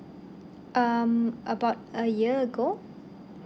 um about a year ago